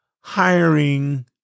hiring